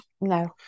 no